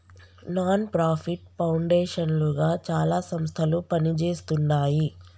non profit foundation లుగా చాలా సంస్థలు పనిజేస్తున్నాయి